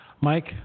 Mike